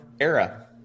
era